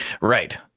Right